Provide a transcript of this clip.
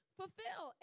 fulfill